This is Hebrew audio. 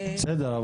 בסדר,